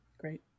Great